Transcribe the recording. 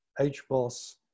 HBOS